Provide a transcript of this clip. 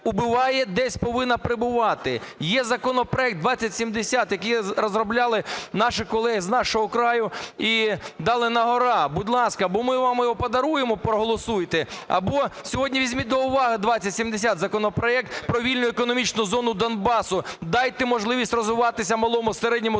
убывает – десь повинно прибувати. Є законопроект 2070, який розробляли наші колеги з "Нашого краю" і дали на-гора. Будь ласка, або ми вам його подаруємо, проголосуйте або сьогодні візьміть до уваги 2070 - законопроект про вільну економічну зону Донбасу. Дайте можливість розвиватися малому, середньому